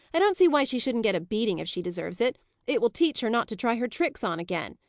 i don't see why she shouldn't get a beating if she deserves it it will teach her not to try her tricks on again.